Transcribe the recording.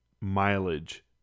mileage